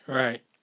right